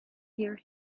hear